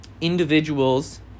individuals